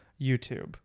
YouTube